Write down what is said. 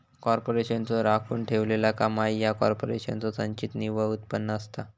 कॉर्पोरेशनचो राखून ठेवलेला कमाई ह्या कॉर्पोरेशनचो संचित निव्वळ उत्पन्न असता